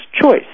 choice